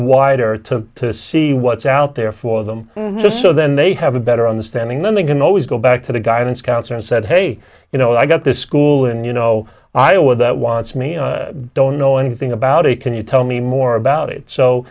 wider to see what's out there for them just so then they have a better understanding then they can always go back to the guidance counsellor and said hey you know i got this school and you know i want that wants me i don't know anything about it can you tell me more about it so